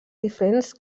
diferents